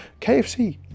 KFC